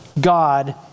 God